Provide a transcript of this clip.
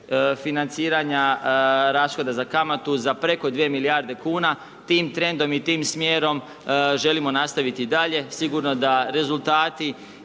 financiranja rashoda za kamatu, za preko 2 milijarde kn. Tim trendom i tim smjerom želimo nastaviti i dalje, sigurno da rezultati